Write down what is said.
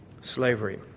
slavery